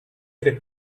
tre